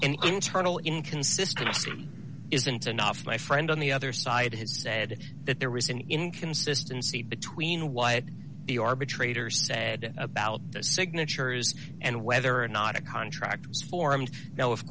and internal inconsistency isn't enough my friend on the other side has said that there was an inconsistency between what the arbitrator said about those signatures and whether or not a contract was formed now of